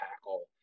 tackle